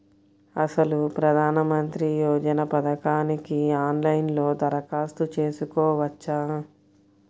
అసలు ప్రధాన మంత్రి యోజన పథకానికి ఆన్లైన్లో దరఖాస్తు చేసుకోవచ్చా?